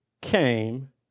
came